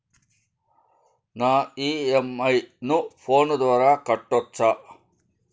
నా ఇ.ఎం.ఐ ను ఫోను ద్వారా కట్టొచ్చా?